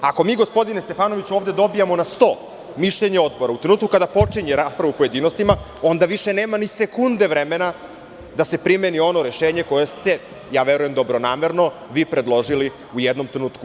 Ako mi, gospodine Stefanoviću, ovde dobijamo na sto mišljenje odbora u trenutku kada počinje rasprava u pojedinostima, onda više nema ni sekunde vremena da se primeni ono rešenje koje ste, ja verujem dobronamerno, vi predložili u jednom trenutku.